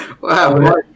wow